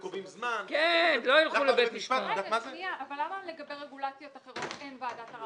אבל למה לגבי רגולציות אחרות אין ועדת ערר